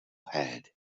had